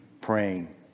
praying